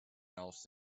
else